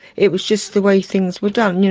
it was just the way things were done. yeah